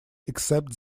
except